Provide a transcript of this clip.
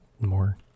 more